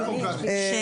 תחילתן של תקנות 5(ב)(3),